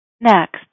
Next